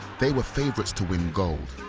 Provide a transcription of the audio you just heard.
they were favourites to win gold,